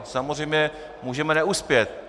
Samozřejmě, můžeme neuspět.